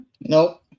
Nope